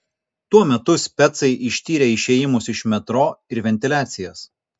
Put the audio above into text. tuo metu specai ištyrė išėjimus iš metro ir ventiliacijas